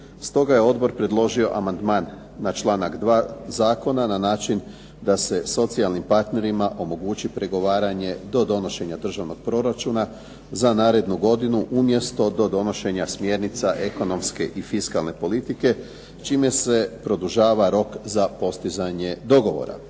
stoga je odbor predložio amandman na članak 2. zakona na način da se socijalnim partnerima omogući pregovaranje do donošenja državnog proračuna za narednu godinu umjesto do donošenja smjernica ekonomske i fiskalne politike čime se produžava rok za postizanje dogovora.